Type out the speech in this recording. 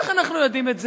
איך אנחנו יודעים את זה?